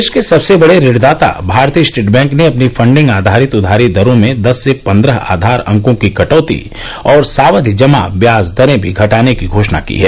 देश के सबसे बड़े ऋणदाता भारतीय स्टेट बैंक ने अपनी फंडिंग आधारित उधारी दरों में दस से पन्द्रह आधार अंकोंकी कटौती और सावधि जमा ब्याज दरें भी घटाने की घोषणा की है